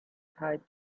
tied